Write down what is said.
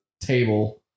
table